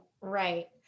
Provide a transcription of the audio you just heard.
right